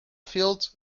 fields